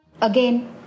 Again